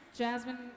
Jasmine